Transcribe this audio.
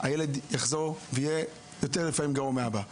הילד יחזור ויהיה לפעמים גרוע מהאבא.